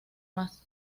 más